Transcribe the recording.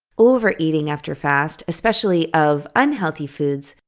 overeating after fast, especially of unhealthy foods,